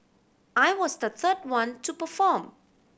I was the third one to perform